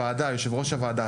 יושב-ראש הוועדה,